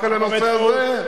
רק על הנושא הזה.